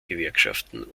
gewerkschaften